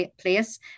place